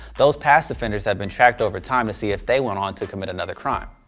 those past offenders have been tracked over time to see if they went on to commit another crime.